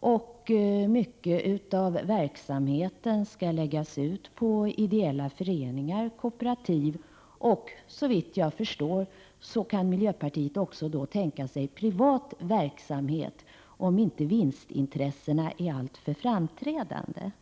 och mycket av verksamheten skall läggas på ideella föreningar och kooperativ, anser han. Såvitt jag förstår kan miljöpartiet tänka sig privat drift om vinstintressena inte är alltför framträdande.